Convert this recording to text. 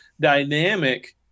dynamic